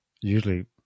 usually